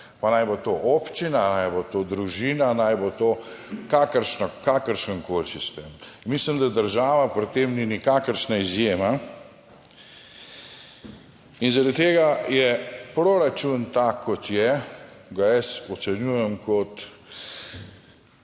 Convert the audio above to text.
pa naj bo to občina, naj bo to družina, naj bo to kakršno, kakršenkoli sistem. Mislim, da država pri tem ni nikakršna izjema. In zaradi tega je proračun tak kot je, ga jaz ocenjujem kot